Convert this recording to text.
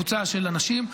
קבוצה של אנשים.